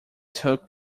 took